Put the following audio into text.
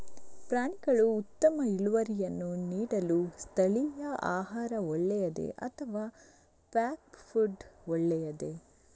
ಪ್ರಾಣಿಗಳು ಉತ್ತಮ ಇಳುವರಿಯನ್ನು ನೀಡಲು ಸ್ಥಳೀಯ ಆಹಾರ ಒಳ್ಳೆಯದೇ ಅಥವಾ ಪ್ಯಾಕ್ ಫುಡ್ ಒಳ್ಳೆಯದೇ?